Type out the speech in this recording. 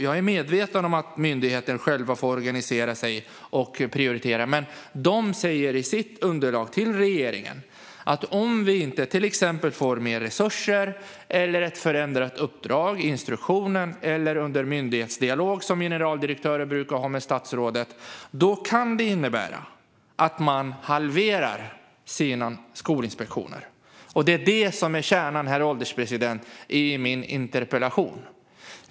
Jag är medveten om att myndigheter själva får organisera sig och prioritera, men Skolinspektionen säger i sitt underlag till regeringen att om man inte till exempel får mer resurser eller ett förändrat uppdrag i instruktionen eller i den myndighetsdialog som generaldirektörer brukar ha med statsrådet kan det innebära att man halverar antalet skolinspektioner. Det är det som är kärnan, herr ålderspresident, i min interpellation.